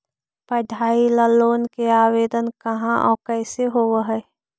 पढाई ल लोन के आवेदन कहा औ कैसे होब है?